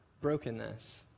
brokenness